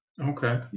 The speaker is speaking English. Okay